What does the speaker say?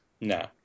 No